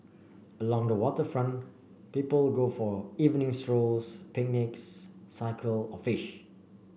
along the waterfront people go for evening strolls picnics cycle or fish